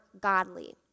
godly